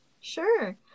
Sure